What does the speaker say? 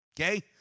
okay